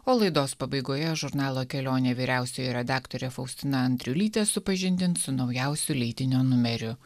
o laidos pabaigoje žurnalo kelionė vyriausioji redaktorė faustina andriulytė supažindins su naujausiu leidinio numeriu